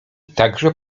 także